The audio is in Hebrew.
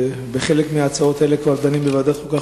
בחלק מההצעות האלה אנחנו כבר דנים בוועדת החוקה,